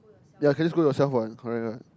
ya can just go yourself while in Korea right